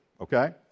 okay